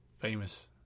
Famous